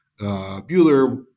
Bueller